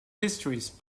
histories